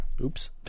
Oops